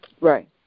Right